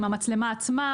עם המצלמה עצמה,